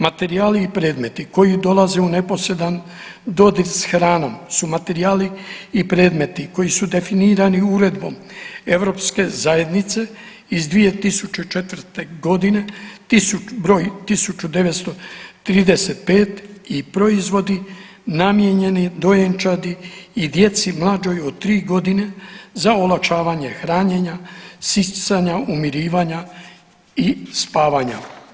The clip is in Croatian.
Materijali i predmeti koji dolaze u neposredan dodir sa hranom su materijali i predmeti koji su definirani uredbom Europske zajednice iz 2004. godine, broj 1935 i proizvodi namijenjeni dojenčadi i djeci mlađoj od tri godine za olakšavanje hranjenja, sisanja, umirivanja i spavanja.